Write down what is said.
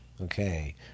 Okay